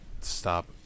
stop